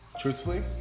truthfully